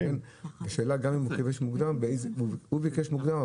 השאלה גם אם הוא ביקש מוקדם,